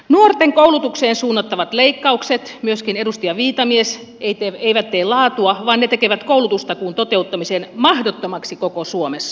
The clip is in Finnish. nuorten koulutukseen suunnattavat leikkaukset myöskin edustaja viitamies eivät tee laatua vaan ne tekevät koulutustakuun toteuttamisen mahdottomaksi koko suomessa